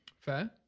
Fair